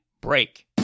Break